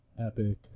epic